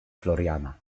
floriana